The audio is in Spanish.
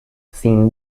sin